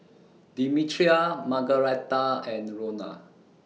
Demetria Margaretta and Rona